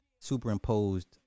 superimposed